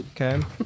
Okay